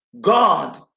God